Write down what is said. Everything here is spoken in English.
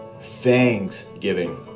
Thanksgiving